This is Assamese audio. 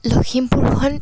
লখিমপুৰখন